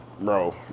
bro